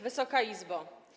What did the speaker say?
Wysoka Izbo!